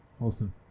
Awesome